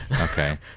Okay